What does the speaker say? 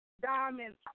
Diamond's